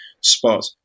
spot